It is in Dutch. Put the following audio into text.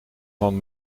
van